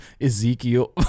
ezekiel